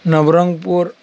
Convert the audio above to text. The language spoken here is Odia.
ନବରଙ୍ଗପୁର